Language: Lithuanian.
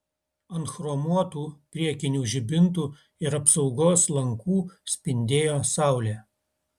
ant chromuotų priekinių žibintų ir apsaugos lankų spindėjo saulė